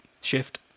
shift